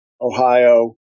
Ohio